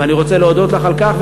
ואני רוצה להודות לך על כך.